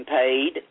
paid